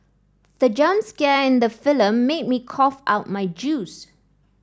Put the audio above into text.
the jump scare in the film made me cough out my juice